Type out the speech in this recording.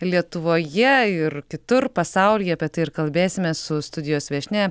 lietuvoje ir kitur pasaulyje apie tai ir kalbėsimės su studijos viešnia